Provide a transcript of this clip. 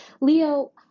Leo